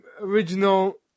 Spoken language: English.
original